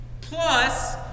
Plus